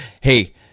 hey